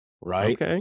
Right